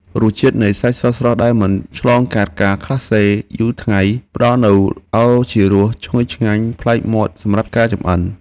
រសជាតិនៃសាច់ស្រស់ៗដែលមិនឆ្លងកាត់ការក្លាសេយូរថ្ងៃផ្ដល់នូវឱជារសឈ្ងុយឆ្ងាញ់ប្លែកមាត់សម្រាប់ការចម្អិន។